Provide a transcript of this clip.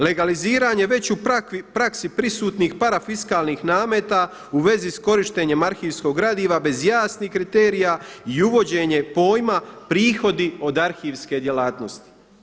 Legaliziranje već u praksi prisutnih parafiskalnih nameta u vezi s korištenjem arhivskog gradiva bez jasnih kriterija i uvođenje pojma prihodi od arhivske djelatnosti.